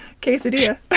quesadilla